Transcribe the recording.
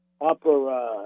Opera